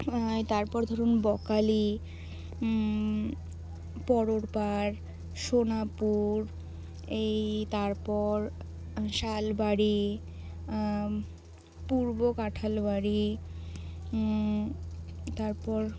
এই তারপর ধরুন বকখালি সোনারপুর এই তারপর শালবাড়ি পূর্ব কাঁঠালবাড়ি তারপর